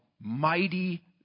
Mighty